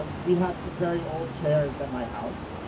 ah we had some very old chairs at my house.